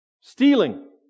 Stealing